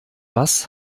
was